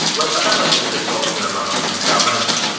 like a bit like the buddhist doctrine of um impermanence.